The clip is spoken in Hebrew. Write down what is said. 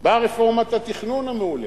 באה רפורמת התכנון המהוללת.